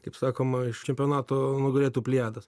kaip sakoma iš čempionato nugalėtojų plejadas